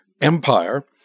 empire